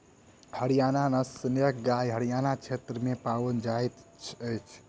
हरयाणा नस्लक गाय हरयाण क्षेत्र में पाओल जाइत अछि